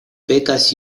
pekas